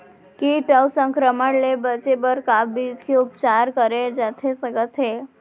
किट अऊ संक्रमण ले बचे बर का बीज के उपचार करे जाथे सकत हे?